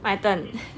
my turn